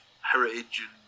heritage